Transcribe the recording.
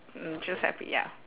mm just happy ya